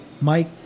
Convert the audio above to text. Mike